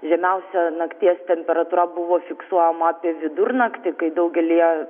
žemiausia nakties temperatūra buvo fiksuojama apie vidurnaktį kai daugelyje